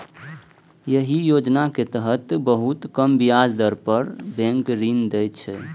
एहि योजना के तहत बहुत कम ब्याज दर पर बैंक ऋण दै छै